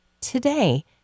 today